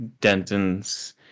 Denton's